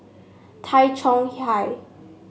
Tay Chong Hai